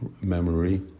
memory